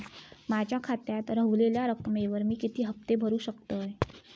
माझ्या खात्यात रव्हलेल्या रकमेवर मी किती हफ्ते भरू शकतय?